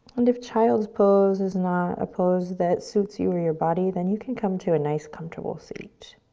and if child's pose is not a pose that suits you or your body, then you can come to a nice, comfortable seat.